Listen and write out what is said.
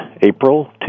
April